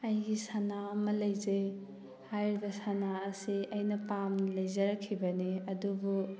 ꯑꯩꯒꯤ ꯁꯟꯅꯥ ꯑꯃ ꯂꯩꯖꯩ ꯍꯥꯏꯔꯤꯕ ꯁꯟꯅꯥ ꯑꯁꯤ ꯑꯩꯅ ꯄꯥꯝꯅ ꯂꯩꯖꯔꯛꯈꯤꯕꯅꯤ ꯑꯗꯨꯕꯨ